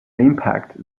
impact